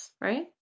right